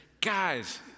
guys